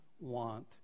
want